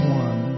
one